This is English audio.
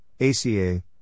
ACA